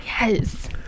Yes